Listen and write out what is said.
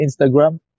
Instagram